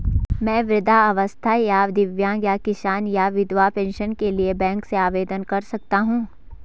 मैं वृद्धावस्था या दिव्यांग या किसान या विधवा पेंशन के लिए बैंक से आवेदन कर सकता हूँ?